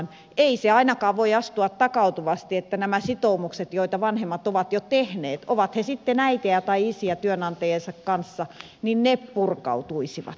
ei se ainakaan voi astua takautuvasti jolloin nämä sitoumukset joita vanhemmat ovat jo tehneet ovat he sitten äitejä tai isiä työnantajiensa kanssa purkautuisivat